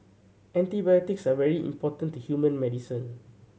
antibiotics are very important to human medicine